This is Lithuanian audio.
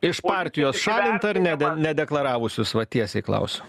iš partijos šalint ar ne nedeklaravusius va tiesiai klausiu